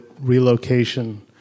relocation